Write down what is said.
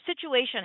situation